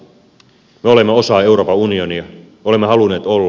me olemme osa euroopan unionia olemme halunneet olla